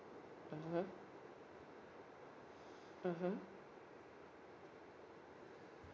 mmhmm mmhmm